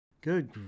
Good